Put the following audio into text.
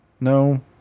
No